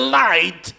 light